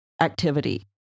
activity